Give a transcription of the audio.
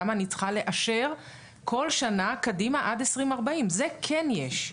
כמה אני צריכה לאשר כל שנה קדימה עד 2040. זה כן יש.